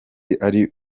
ari